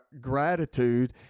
gratitude